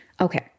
Okay